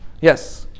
Yes